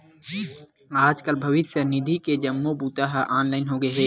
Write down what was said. आजकाल भविस्य निधि के जम्मो बूता ह ऑनलाईन होगे हे